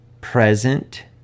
present